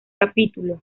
capítulo